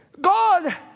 God